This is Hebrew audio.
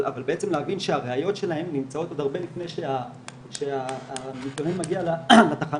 אבל בעצם להבין שהראיות שלהם נמצאות עוד הרבה לפני שהמתלונן מגיע לתחנה.